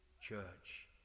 church